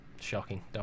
shocking